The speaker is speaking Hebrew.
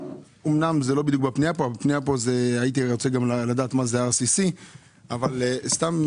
אמנם זה לא בדיוק בפנייה כאן אבל הייתי רוצה לדעת מה זה RCC. בגדול,